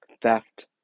theft